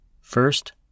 First